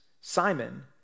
Simon